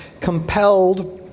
compelled